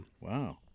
Wow